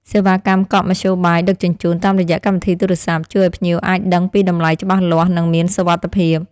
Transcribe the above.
សេវាកម្មកក់មធ្យោបាយដឹកជញ្ជូនតាមរយៈកម្មវិធីទូរស័ព្ទ ជួយឱ្យភ្ញៀវអាចដឹងពីតម្លៃច្បាស់លាស់និងមានសុវត្ថិភាព។